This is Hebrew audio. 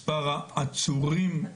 מספר העצורים,